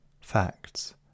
Facts